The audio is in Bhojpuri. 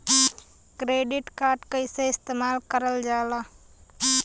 क्रेडिट कार्ड कईसे इस्तेमाल करल जाला?